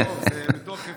זה מתוקף